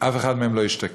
אף אחת מהן לא תשתקם.